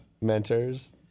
mentors